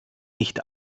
nicht